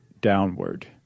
downward